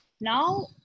Now